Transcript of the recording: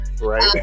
Right